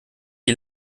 die